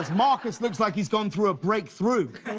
ah marcus looks like he's going through a break through.